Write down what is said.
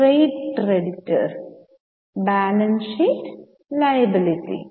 trade creditors balance sheet liability